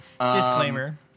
disclaimer